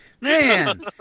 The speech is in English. Man